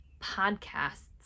podcasts